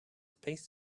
space